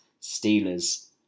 Steelers